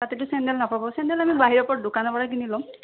আমি বাহিৰৰ পৰা দোকানৰ পৰা কিনি লম